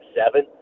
seven